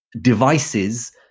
devices